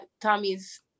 Tommy's